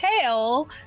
tail